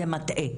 זה מטעה.